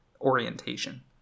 orientation